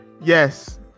Yes